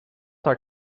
haar